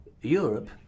Europe